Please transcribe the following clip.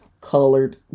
colored